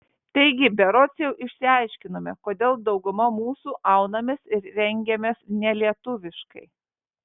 taigi berods jau išsiaiškinome kodėl dauguma mūsų aunamės ir rengiamės nelietuviškai